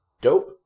Dope